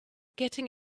getting